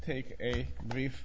take a brief